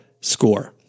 score